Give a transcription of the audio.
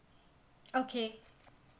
okay